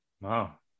Wow